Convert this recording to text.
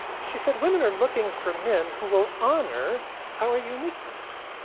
she said, women are looking for men who will honor our uniqueness,